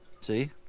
See